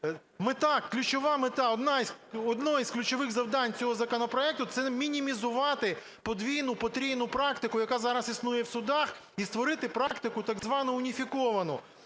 мета, ключова мета, одне із ключових завдань цього законопроекту – це мінімізувати подвійну, потрійну практику, яка зараз існує в судах, і створити практику так звану уніфіковану.